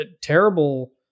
terrible